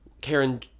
Karen